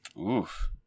Oof